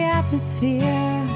atmosphere